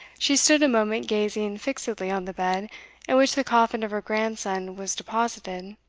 she stood a moment gazing fixedly on the bed in which the coffin of her grandson was deposited,